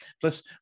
plus